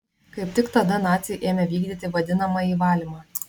kaip tik tada naciai ėmė vykdyti vadinamąjį valymą